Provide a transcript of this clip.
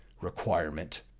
requirement